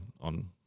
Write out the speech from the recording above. on